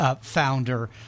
founder